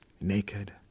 naked